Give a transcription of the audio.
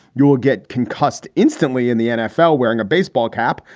you will get concussed instantly in the nfl wearing a baseball cap.